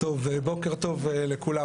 בוקר טוב לכולם,